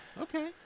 Okay